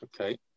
okay